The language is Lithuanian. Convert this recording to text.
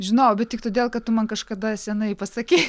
žinojau bet tik todėl kad tu man kažkada senai pasakei